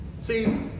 See